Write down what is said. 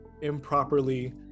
improperly